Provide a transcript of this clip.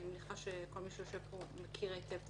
אני מניחה שכל מי שיושב פה מכיר היטב את